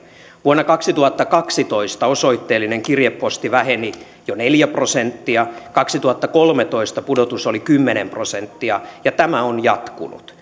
vuonna kaksituhattakaksitoista osoitteellinen kirjeposti väheni jo neljä prosenttia kaksituhattakolmetoista pudotus oli kymmenen prosenttia ja tämä on jatkunut